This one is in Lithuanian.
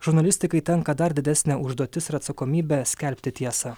žurnalistikai tenka dar didesnė užduotis ir atsakomybė skelbti tiesą